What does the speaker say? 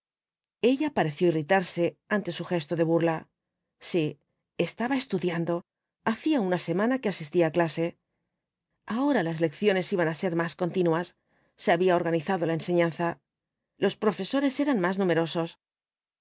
ella pareció irritarse ante su gesto de burla sí estaba estudiando hacía una semana que asistía á clase ahora las lecciones iban á ser más continuar se había organizado la enseñanza tos profesores eran má numerosos